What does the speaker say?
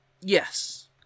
Yes